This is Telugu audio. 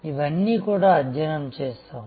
ఇవన్నీ కూడా అధ్యయనం చేసాము